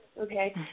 Okay